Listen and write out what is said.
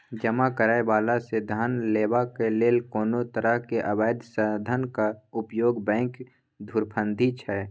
जमा करय बला सँ धन लेबाक लेल कोनो तरहक अबैध साधनक उपयोग बैंक धुरफंदी छै